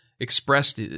Expressed